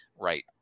right